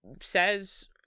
says